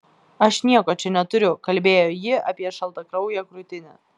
aš nieko čia neturiu kalbėjo ji apie šaltakrauję krūtinę